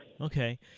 Okay